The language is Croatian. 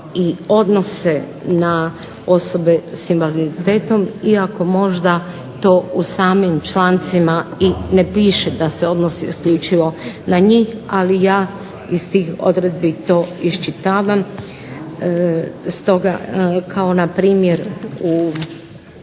i odnose na osobe sa invaliditetom iako možda to u samim člancima i ne piše da se odnosi isključivo na njih, ali ja iz tih odredbi to iščitavam. Stoga kao npr. u